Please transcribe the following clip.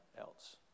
else